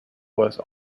was